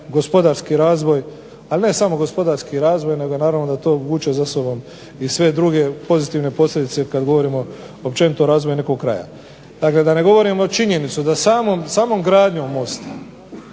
gospodarski razvoj, ali ne samo gospodarski razvoj nego naravno da to vuče za sobom i sve druge pozitivne posljedice kad govorimo općenito o razvoju nekog kraja. Dakle, da ne govorimo činjenice da samom gradnjom mosta